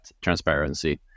transparency